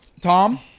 Tom